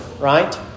right